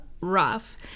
rough